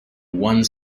one